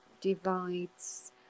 divides